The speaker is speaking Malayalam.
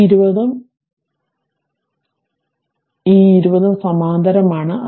ഈ 20 Ω ഉം ഈ 20 ഉം രണ്ടും സമാന്തരമാണ്